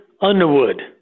Underwood